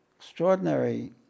extraordinary